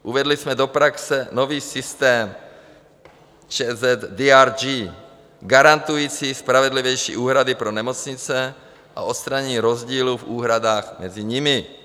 Uvedli jsme do praxe nový systém CZDRG garantující spravedlivější úhrady pro nemocnice a odstranění rozdílu v úhradách mezi nimi.